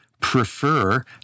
prefer